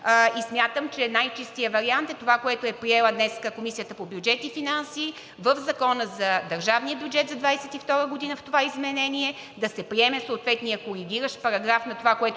Смятам, че най-чистият вариант е това, което е приела днес Комисията по бюджет и финанси – в Закона за държавния бюджет за 2022 г. в това изменение да се приеме съответният коригиращ параграф на това,